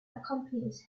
accompanies